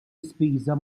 ispiża